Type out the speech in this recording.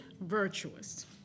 virtuous